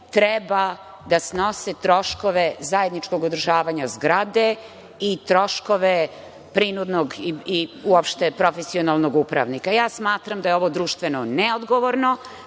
treba da snose troškove zajedničkog održavanja zgrade i troškove prinudnog i uopšte profesionalnog upravnika. Smatram da je ovo društveno neodgovorno,